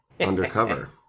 Undercover